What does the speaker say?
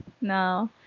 No